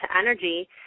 energy